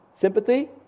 sympathy